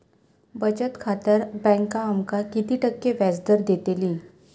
बचत खात्यार बँक आमका किती टक्के व्याजदर देतली?